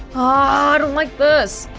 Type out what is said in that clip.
ah don't like this